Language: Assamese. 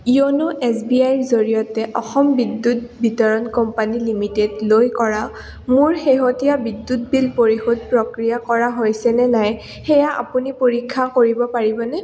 য়োনো এছ বি আইৰ জৰিয়তে অসম বিদ্যুৎ বিতৰণ কোম্পানী লিমিটেডলৈ কৰা মোৰ শেহতীয়া বিদ্যুৎ বিল পৰিশোধ প্ৰক্ৰিয়া কৰা হৈছেনে নাই সেয়া আপুনি পৰীক্ষা কৰিব পাৰিবনে